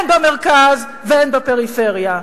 אין במרכז ואין בפריפריה.